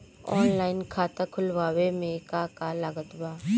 Online खाता खुलवावे मे का का लागत बा?